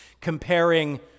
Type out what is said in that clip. comparing